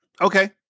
Okay